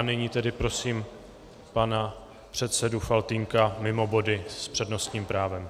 Nyní tedy prosím pana předsedu Faltýnka mimo body s přednostním právem.